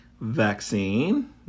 vaccine